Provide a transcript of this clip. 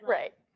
right